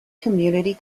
community